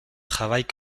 travaille